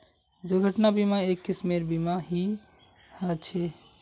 दुर्घटना बीमा, एक किस्मेर बीमा ही ह छे